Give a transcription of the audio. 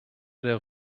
der